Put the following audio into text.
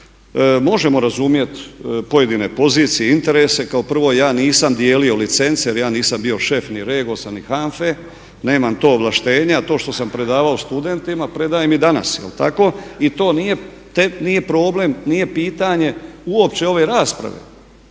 Možemo razumjeti pojedine pozicije i interese. Kao prvo, ja nisam dijelio licence, jer ja nisam bio šef ni REGOS-a, ni HANFA-e, nemam to ovlaštenje. A to što sam predavao studentima, predajem i danas. Jel' tako? I to nije problem, nije pitanje uopće ove rasprave.